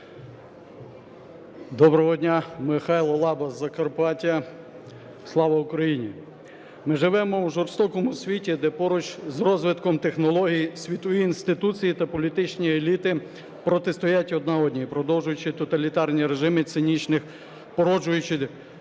Доброго дня! Михайло Лаба, Закарпаття. Слава Україні! Ми живемо у жорстокому світі, де поруч із розвитком технологій світові інституції та політичні еліти протистоять одна одній, породжуючи тоталітарні режими і цинічних